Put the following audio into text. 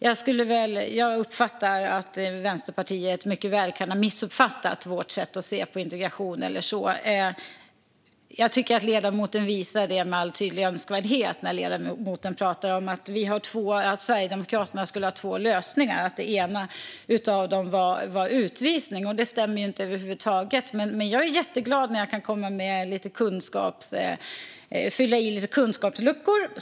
Jag uppfattar att Vänsterpartiet mycket väl kan ha missuppfattat Sverigedemokraternas sätt att se på integration; jag tycker att ledamoten visade det med all önskvärd tydlighet när hon pratade om att Sverigedemokraterna skulle ha två lösningar och att den ena av dem skulle vara utvisning. Detta stämmer över huvud taget inte, men jag är jätteglad när jag kan fylla i lite kunskapsluckor.